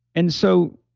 and so,